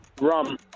Rum